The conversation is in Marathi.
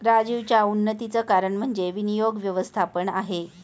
राजीवच्या उन्नतीचं कारण म्हणजे विनियोग व्यवस्थापन आहे